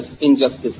injustice